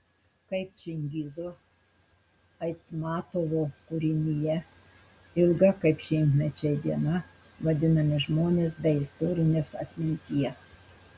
kaip čingizo aitmatovo kūrinyje ilga kaip šimtmečiai diena vadinami žmonės be istorinės atminties